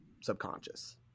subconscious